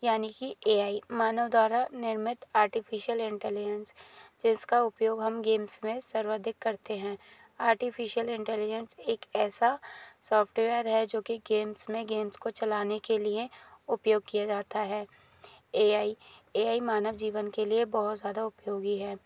यानी कि A I मानव द्वारा निर्मित आर्टिफिशियल इंटेलिजेंस जिसका उपयोग हम गैम्स में सर्वाधिक करते हैं आर्टिफिशियल इंटेलिजेंस एक ऐसा सोफ्टवेयर है जो कि गैम्स में गैम्स को चलाने के लिए उपयोग किया जाता है ए आई ए आई मानव जीवन के लिए बहुत ज्यादा उपयोगी है